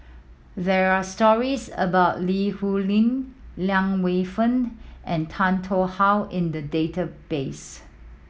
there are stories about Li Rulin Liang Wenfu and Tan Tarn How in the database